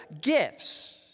gifts